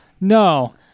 No